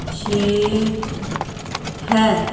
ਛੇ ਹੈ